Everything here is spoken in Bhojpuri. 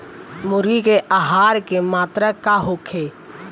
मुर्गी के आहार के मात्रा का होखे?